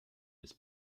des